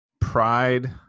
pride